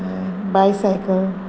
bicycle